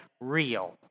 real